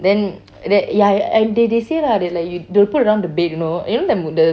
then that ya and they they say lah that like they'll put around the bed you know you know that